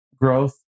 growth